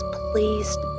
pleased